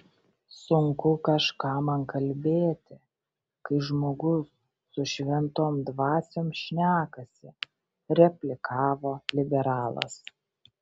sunku kažką man kalbėti kai žmogus su šventom dvasiom šnekasi replikavo liberalas